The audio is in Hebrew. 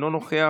אינו נוכח,